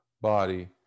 body